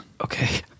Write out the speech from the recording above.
Okay